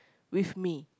with me